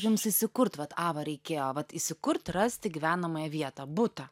jums įsikurt vat ava reikėjo vat įsikurt rast gyvenamąją vietą butą